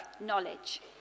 knowledge